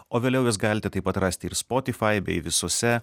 o vėliau jas galite taip pat rasti ir spotify bei visose